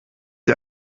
die